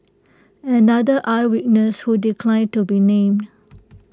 another eye witness who declined to be named